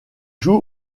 joue